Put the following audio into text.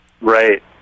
Right